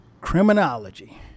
criminology